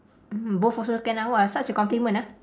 mm both also can ah !wah! such a compliment ah